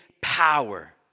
power